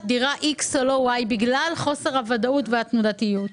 דירה X ולא Y בגלל חוסר הוודאות והתנודתיות.